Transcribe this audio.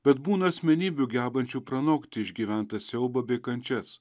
bet būna asmenybių gebančių pranokti išgyventą siaubą bei kančias